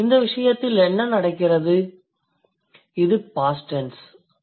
இந்த விசயத்தில் என்ன நடக்கிறது இது பாஸ்ட் டென்ஸ் ஆகும்